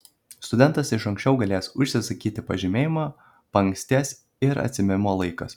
studentas iš ankščiau galės užsisakyti pažymėjimą paankstės ir atsiėmimo laikas